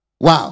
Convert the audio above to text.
Wow